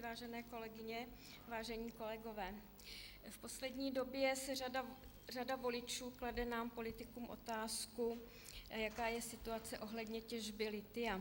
Vážené kolegyně, vážení kolegové, v poslední době řada voličů klade nám politikům otázku, jaká je situace ohledně těžby lithia.